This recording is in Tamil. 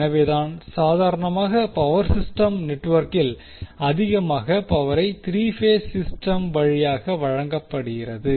எனவேதான் சாதாரணமாக பவர் சிஸ்டம் நெட்வொர்க்கில் அதிகமாக பவரை 3 பேஸ் சிஸ்டம் வழியாக வழங்கப்படுகிறது